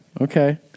Okay